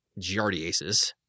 giardiasis